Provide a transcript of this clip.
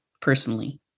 personally